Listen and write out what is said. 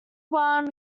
wan